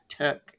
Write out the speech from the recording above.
took